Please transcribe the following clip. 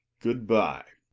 good-bye.